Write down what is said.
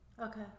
Okay